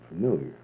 familiar